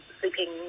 sleeping